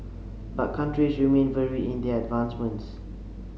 but countries remain varied in their advancements